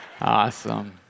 Awesome